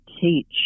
teach